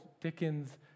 Dickens